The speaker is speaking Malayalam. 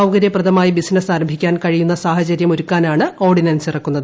സൌകര്യപ്രദമായി ബിസിനസ് ആരംഭിക്കാൻ കഴിയുന്ന സാഹചര്യമൊരുക്കാനാണ് ഓർഡിനൻസ് ഇറക്കുന്നത്